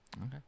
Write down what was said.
Okay